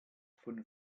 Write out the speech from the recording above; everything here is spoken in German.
von